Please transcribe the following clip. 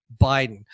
biden